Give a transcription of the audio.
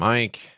Mike